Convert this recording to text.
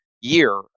year